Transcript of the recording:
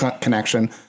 connection